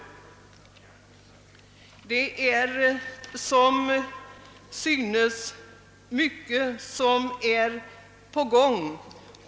Det är som synes mycket som är på gång.